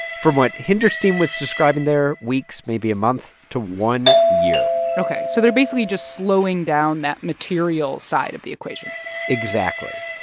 from what hinderstein was describing there, weeks, maybe a month to one year ok. so they're basically just slowing down that material side of the equation exactly.